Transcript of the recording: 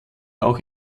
auch